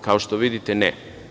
Kao što vidite, ne.